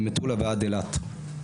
ממטולה עד אילת.